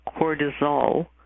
cortisol